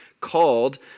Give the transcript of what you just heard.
called